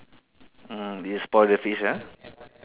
mm you spoil the fish ah